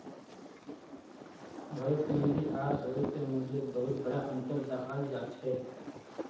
भविष्य निधि आर भविष्य मूल्यत बहुत बडा अनतर दखाल जा छ